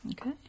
Okay